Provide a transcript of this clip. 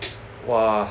!wah!